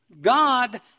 God